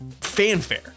fanfare